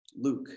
Luke